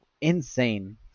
insane